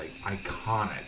iconic